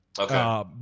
Okay